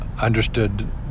understood